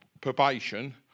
probation